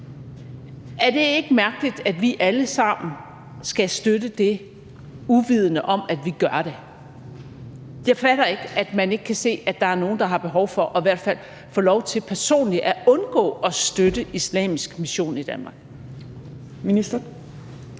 Er det ikke mærkeligt, at vi alle sammen skal støtte det, uvidende om at vi gør det? Jeg fatter ikke, at man ikke kan se, at der er nogen, der har behov for i hvert fald personligt at få lov til at undgå at støtte islamisk mission i Danmark. Kl.